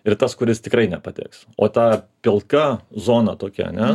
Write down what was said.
ir tas kuris tikrai nepateks o ta pilka zona tokia ane